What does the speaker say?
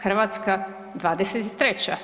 Hrvatska 23.